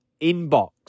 inbox